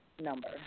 number